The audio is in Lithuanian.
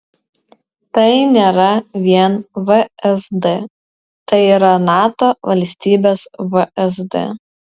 tai nėra vien vsd tai yra nato valstybės vsd